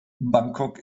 bangkok